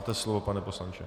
Máte slovo, pane poslanče.